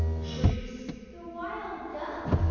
shriefr. the wild duck?